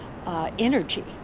Energy